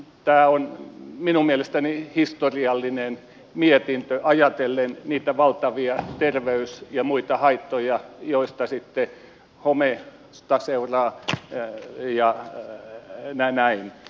tämä on minun mielestäni historiallinen mietintö ajatellen niitä valtavia terveys ja muita haittoja joita sitten homeesta seuraa ja näin